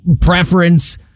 preference